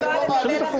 אתם לא מעלים.